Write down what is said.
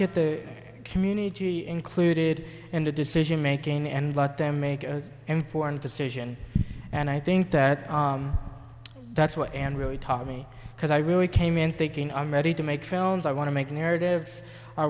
get the community included in the decision making and let them make informed decision and i think that that's what and really taught me because i really came in thinking i'm ready to make films i want to make narratives i